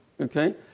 okay